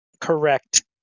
Correct